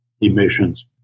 emissions